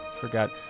forgot